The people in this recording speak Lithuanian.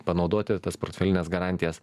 panaudoti tas portfelines garantijas